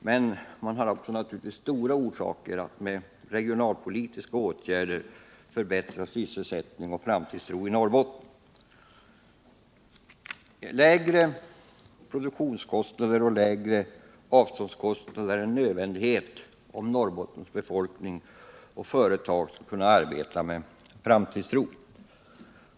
Men det finns också mycket starka skäl för att genom regionalpolitiska åtgärder förbättra sysselsättningen och framtidstron i Norrbotten. Lägre produktionskostnader och lägre avståndskostnader är en nödvändighet, om Norrbottens befolkning och företagare skall kunna arbeta med framtidstro.